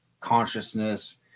consciousness